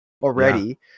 already